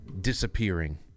disappearing